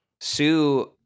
Sue